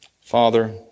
Father